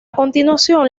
continuación